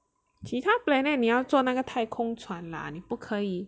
其他 planet 你要坐那个太空船 lah 你不可以